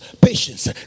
patience